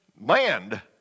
land